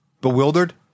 bewildered